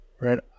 right